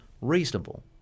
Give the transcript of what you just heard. reasonable